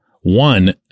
One